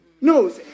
No